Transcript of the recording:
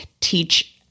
teach